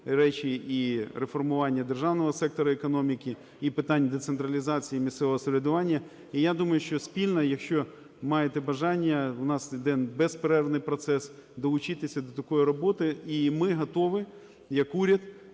речі, і реформування державного сектору економіки, і питань децентралізації, і місцевого самоврядування. І я думаю, що спільно, якщо маєте бажання, у нас іде безперервний процес, долучитися до такої роботи. І ми готові як уряд